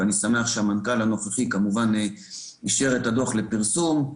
ואני שמח שהמנכ"ל הנוכחי אישר את הדוח לפרסום.